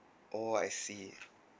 oh I see